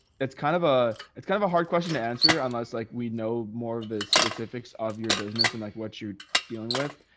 it's kind of a, it's kind of a question to answer, unless like, we know more of the specifics of your business and like what you're dealing with.